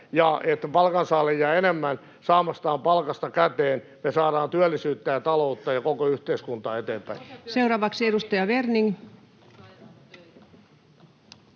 palkansaajille jää enemmän saamastaan palkasta käteen, me saadaan työllisyyttä ja taloutta ja koko yhteiskuntaa eteenpäin. [Välihuutoja